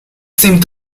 seemed